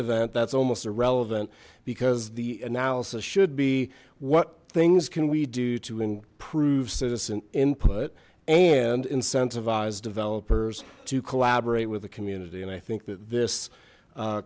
event that's almost irrelevant because the analysis should be what things can we do to improve citizen input and incentivize developers to collaborate with the community and i think that this